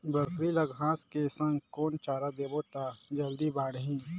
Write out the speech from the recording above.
बकरी ल घांस के संग कौन चारा देबो त जल्दी बढाही?